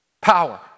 power